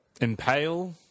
Impale